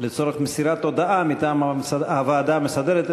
לצורך מסירת הודעה מטעם הוועדה המסדרת,